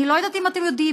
אני לא יודעת אם אתם יודעים,